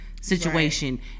situation